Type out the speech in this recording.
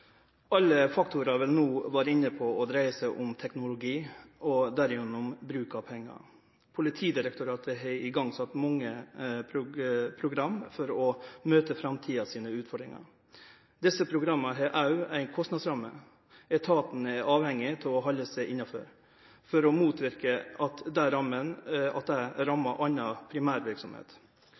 Alle faktorer vi nå har vært inne på, dreier seg om teknologi og derigjennom bruk av penger. Politidirektoratet har igangsatt mange program for å møte framtidens utfordringer. Disse programmene har også en kostnadsramme som etaten er avhengig av å holde seg innenfor for å motvirke at det rammer annen primærvirksomhet. Vil ministeren tilføre politiet friske midler som er